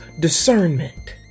discernment